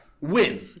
win